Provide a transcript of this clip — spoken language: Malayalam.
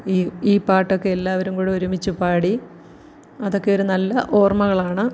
ഈ ഈ പാട്ടൊക്കെ എല്ലാവരും കൂടെ ഒരുമിച്ച് പാടി അതൊക്കെ ഒരു നല്ല ഓർമ്മകളാണ്